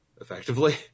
effectively